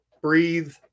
breathe